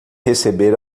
receber